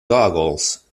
goggles